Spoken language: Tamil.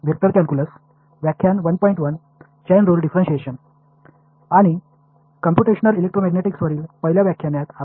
வெக்டர் கால்குலஸ் பற்றிய மதிப்பாய்வை உள்ளடக்கிய கம்பியூடேஷனல் எலக்ட்ரோமேக்னடிக்ஸின் முதல் விரிவுரைக்கு வருக